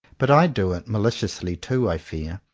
but i do it, maliciously too, i fear,